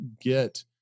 get